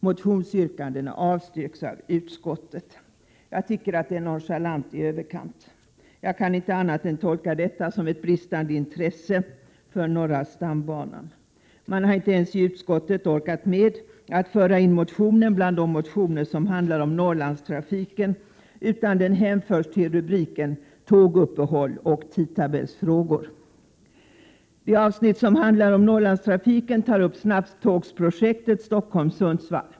Motionsyrkandena avstyrks av utskottet.” Jag tycker att detta är nonchalant i överkant, och jag kan inte annat än tolka det som ett uttryck för bristande intresse för norra stambanan. Man har i utskottet inte ens orkat med att föra in motionen bland de motioner som handlar om Norrlandstrafiken, utan motionen behandlas under rubriken Tåguppehåll och tidtabellsfrågor. I det avsnitt som handlar om Norrlandstrafiken tar man upp snabbtågsprojektet Stockholm-Sundsvall.